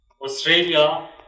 Australia